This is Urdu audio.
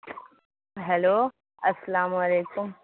ہیلو السلام علیکم